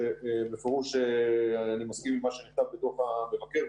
שבפירוש אני מסכים עם מה שנכתב בדוח המבקר.